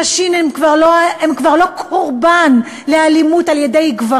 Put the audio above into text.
נשים הן כבר לא קורבן לאלימות של גברים.